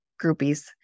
groupies